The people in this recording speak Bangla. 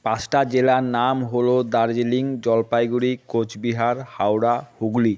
পাঁচটা জেলার নাম হলো দার্জিলিং জলপাইগুড়ি কোচবিহার হাওড়া হুগলি